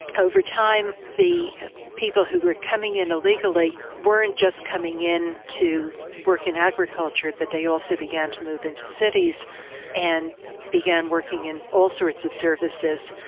over time, the people who were coming in illegally weren't just coming in to work in agriculture, but they also began to move into cities and began working in all sorts of services,